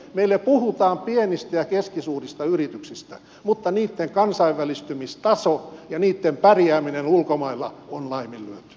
meillä puhutaan pienistä ja keskisuurista yrityksistä mutta niitten kansainvälistymistaso ja niitten pärjääminen ulkomailla on laiminlyöty